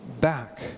back